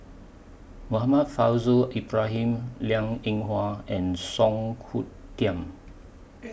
Muhammad Faishal Ibrahim Liang Eng Hwa and Song Hoot Kiam